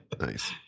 nice